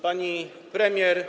Pani Premier!